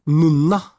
nunna